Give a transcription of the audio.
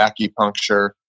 acupuncture